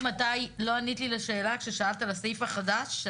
לא ענית לי על השאלה ששאלתי על הסעיף החדש,